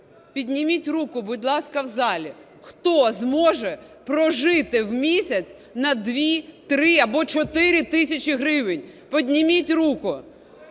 Підніміть руку, будь ласка, в залі, хто зможе прожити в місяць на 2, 3 або 4 тисячі гривень. Підніміть руку.